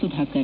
Sudhakar